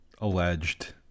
alleged